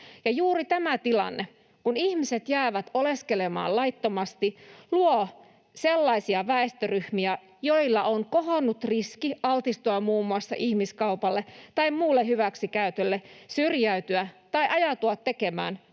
juuri tämä tilanne, kun ihmiset jäävät oleskelemaan laittomasti, luo sellaisia väestöryhmiä, joilla on kohonnut riski altistua muun muassa ihmiskaupalle tai muulle hyväksikäytölle, syrjäytyä tai ajautua tekemään